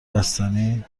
بستنی